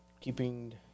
keeping